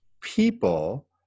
people